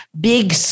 big